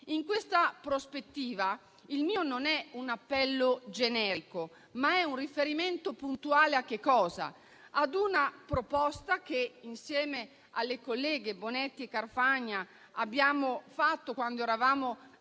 In questa prospettiva, il mio non è un appello generico, ma un riferimento puntuale a una proposta che, insieme alle colleghe Bonetti e Carfagna, abbiamo fatto quando eravamo